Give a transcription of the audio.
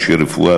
אנשי רפואה,